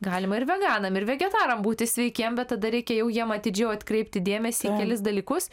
galima ir veganams ir vegetarams būti sveikiem bet tada reikia jau jiem atidžiau atkreipti dėmesį į kelis dalykus